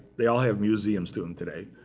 they all have museums to him today